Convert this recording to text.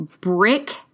brick